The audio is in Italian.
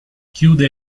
chiude